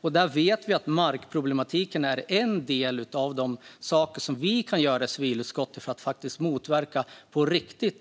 Vi vet att åtgärda markproblematiken är en del av de saker som vi kan göra i civilutskottet för att på riktigt motverka